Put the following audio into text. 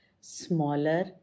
smaller